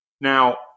Now